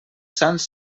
sants